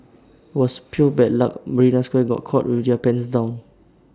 IT was pure bad luck marina square got caught with their pants down